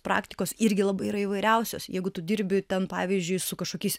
praktikos irgi labai yra įvairiausios jeigu tu dirbi ten pavyzdžiui su kažkokiais